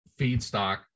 feedstock